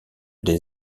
des